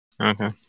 okay